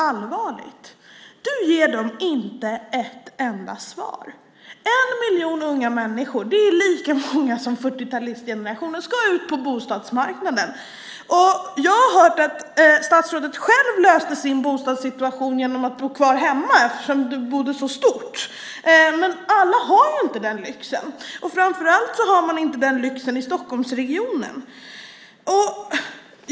Statsrådet ger dem inte ett enda svar. En miljon unga människor, lika många som 40-talistgenerationen, ska ut på bostadsmarknaden. Jag har hört att statsrådet själv löste sin bostadssituation genom att bo kvar hemma, eftersom han bodde så stort. Men alla har inte den lyxen. Framför allt har man inte den lyxen i Stockholmsregionen.